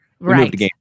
Right